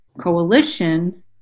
coalition